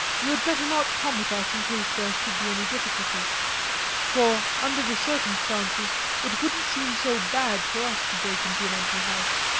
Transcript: you had better not come with us in case there should be any difficulty for under the circumstances it wouldn't seem so bad for us to break into an empty house.